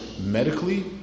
medically